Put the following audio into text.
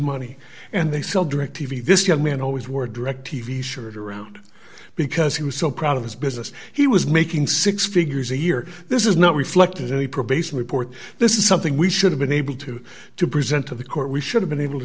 money and they sell direct t v this young man always wore direct t v shirt around because he was so proud of his business he was making six figures a year this is not reflected in the probation report this is something we should have been able to to present to the court we should have been able to